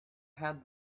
had